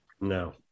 No